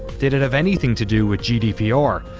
did it have anything to do with gdpr?